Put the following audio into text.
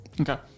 Okay